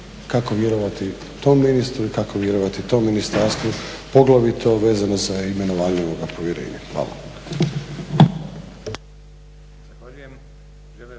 Kako vjerovati tom ministru i kako vjerovati tom ministarstvu poglavito vezano za imenovanje ovoga povjerenja. Hvala.